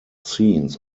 scenes